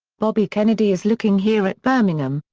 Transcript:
bobby kennedy is looking here at birmingham,